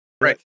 right